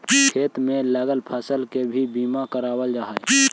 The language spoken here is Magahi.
खेत में लगल फसल के भी बीमा करावाल जा हई